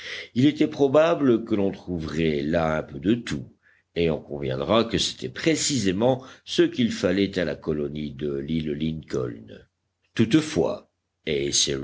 il était probable que l'on trouverait là un peu de tout et on conviendra que c'était précisément ce qu'il fallait à la colonie de l'île lincoln toutefois et